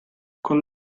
con